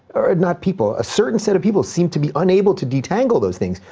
or not people, a certain set of people seem to be unable to detangle those things.